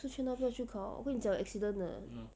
不是劝他不要去考会有 accident 的